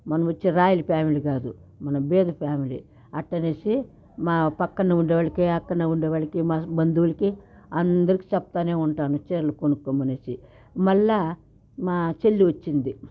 మనము వచ్చి royal family కాదు మనం బీద ఫ్యామిలీ అట్టనేసి మా పక్కన ఉండేవాళ్ళకి అక్కన ఉండేవాళ్ళకి మా బంధువులకి అందరికి చెప్తా ఉంటాను చీరలు కొనుకోమని మళ్ళా మా చెల్లి వచ్చింది